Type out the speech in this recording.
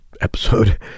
episode